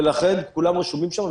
ולכן כולם רשומים שם,